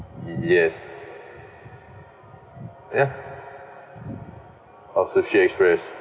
yes ya oh sushi express